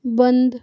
बन्द